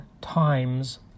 times